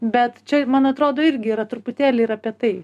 bet čia man atrodo irgi yra truputėlį ir apie tai